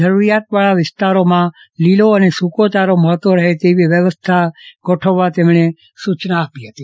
જરૂરિયાતવાળા વિસ્તારોમાં લલો અને સુકોચારો મળતો રહે તેવી વ્યવસ્થા ગોઠવવા સૂચના આપી હતી